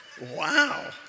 Wow